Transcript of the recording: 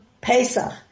Pesach